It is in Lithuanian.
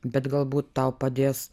bet galbūt tau padės